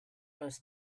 les